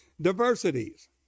diversities